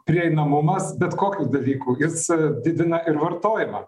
prieinamumas bet kokių dalykų jis didina ir vartojimą